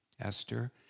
Esther